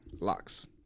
Locks